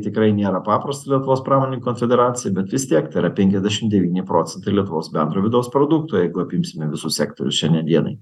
tikrai nėra paprasta lietuvos pramonininkų konfederacijai bet vis tiek tai yra penkiasdešim devyni procentai lietuvos bendro vidaus produkto jeigu apimsime visus sektorius šiandien dienai